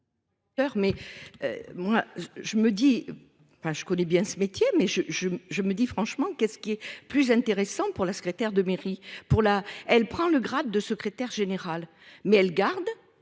je connais bien ce métier mais je je je me dis franchement qu'est ce qui est plus intéressant pour la secrétaire de mairie pour la elle prend le grade de secrétaire général. Mais elle garde